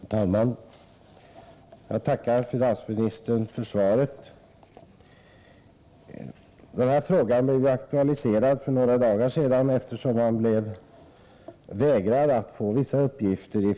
Herr talman! Jag tackar finansministern för svaret. Den här frågan blev aktualiserad för några dagar sedan, eftersom Sydfonden vägrat att lämna ut vissa uppgifter.